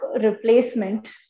replacement